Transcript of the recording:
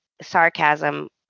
sarcasm